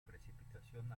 precipitación